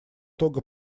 того